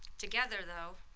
together, though,